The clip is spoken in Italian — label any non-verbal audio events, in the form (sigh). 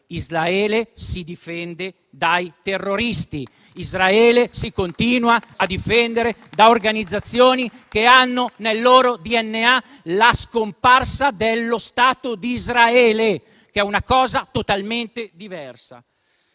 Israele si difende dai terroristi. (applause) Israele si continua a difendere da organizzazioni che hanno nel loro DNA la scomparsa dello Stato di Israele, che è una cosa totalmente diversa.